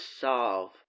solve